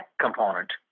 component